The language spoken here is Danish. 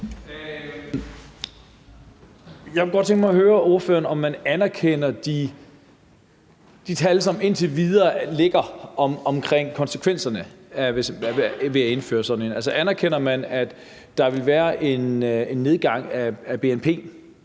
Jeg kunne godt tænke mig at høre ordføreren om, om man anerkender de tal, som indtil videre ligger for konsekvenserne ved at indføre sådan noget her. Anerkender man, at der vil være en nedgang i bnp